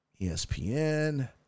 ESPN